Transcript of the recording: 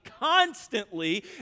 constantly